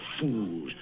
fools